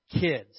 kids